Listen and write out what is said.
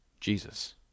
Jesus